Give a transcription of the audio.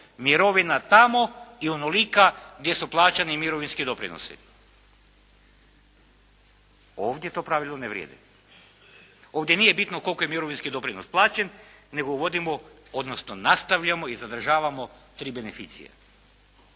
mirovina tamo i onolika gdje su plaćani mirovinski doprinosi. Ovdje to pravilo ne vrijedi. Ovdje nije bitno koliko je mirovinski doprinos plaćen nego uvodimo, odnosno nastavljamo i zadržavamo tri beneficije.